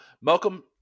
Malcolm